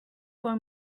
for